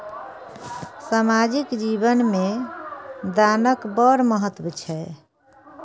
सामाजिक जीवन मे दानक बड़ महत्व छै